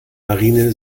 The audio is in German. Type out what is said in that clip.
marine